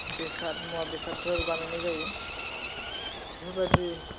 बेसाद मुवा बेसादफोर बानायनाय जायो बेफोरबादि